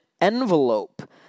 envelope